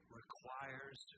requires